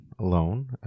alone